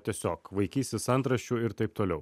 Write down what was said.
tiesiog vaikysis antraščių ir taip toliau